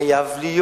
חייב להיות,